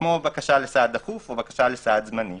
כמו בקשה לסעד דחוף או לסעד זמני.